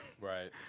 Right